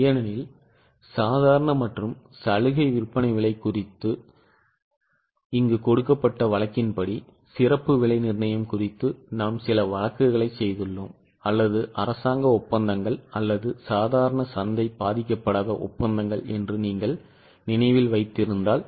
ஏனெனில் சாதாரண மற்றும் சலுகை விற்பனை விலை குறித்த கொடுக்கப்பட்ட வழக்கின் படி சிறப்பு விலை நிர்ணயம் குறித்து நாம் சில வழக்குகளைச் செய்துள்ளோம் அல்லது அரசாங்க ஒப்பந்தங்கள் அல்லது சாதாரண சந்தை பாதிக்கப்படாத ஒப்பந்தங்கள் என்று நீங்கள் நினைவில் வைத்திருந்தால்